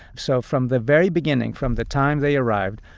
so from the very beginning from the time they arrived,